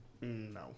no